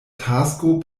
tasko